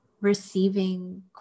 receiving